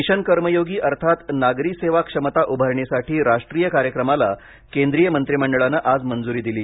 mission Karmayogi अर्थात् नागरी सेवा क्षमता उभारणीसाठी राष्ट्रीय कार्यक्रमाला केंद्रीय मंत्रीमंडळानं आज मंजुरी दिली